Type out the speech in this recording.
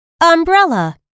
umbrella